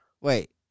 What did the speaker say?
Wait